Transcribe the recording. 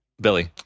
Billy